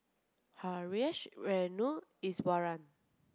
Haresh Renu Iswaran